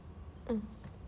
mm